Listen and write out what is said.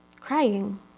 crying